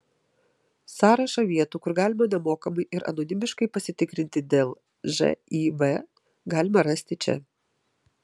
sąrašą vietų kur galima nemokamai ir anonimiškai pasitikrinti dėl živ galima rasti čia